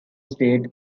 state